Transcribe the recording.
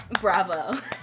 Bravo